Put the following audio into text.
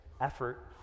effort